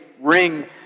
ring